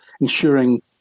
ensuring